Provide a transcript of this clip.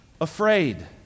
afraid